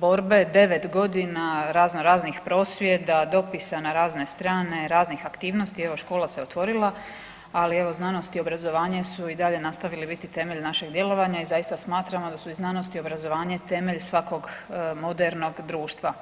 borbe 9 godina razno raznih prosvjeda, dopisa na razne strane, raznih aktivnosti evo škola se otvorila, ali evo znanost i obrazovanje su i dalje nastavili biti temelj našeg djelovanja i zaista smatramo da su i znanost i obrazovanje temelj svakog modernog društva.